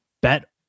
bet